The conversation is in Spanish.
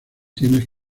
tienes